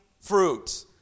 fruit